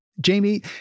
Jamie